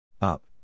Up